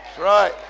right